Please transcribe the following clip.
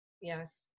yes